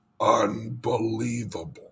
unbelievable